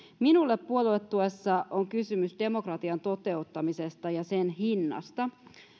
minulle puoluetuessa on kysymys demokratian toteuttamisesta ja sen hinnasta